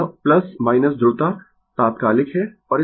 यह ध्रुवता तात्कालिक है